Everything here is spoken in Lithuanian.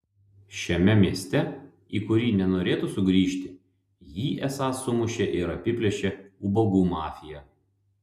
šiame mieste į kurį nenorėtų sugrįžti jį esą sumušė ir apiplėšė ubagų mafija